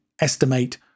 estimate